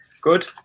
Good